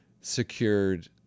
secured